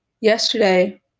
yesterday